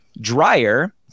dryer